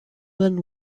than